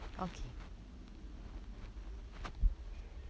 okay